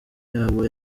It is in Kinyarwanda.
yabo